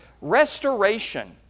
Restoration